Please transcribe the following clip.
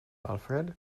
alfred